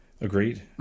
Agreed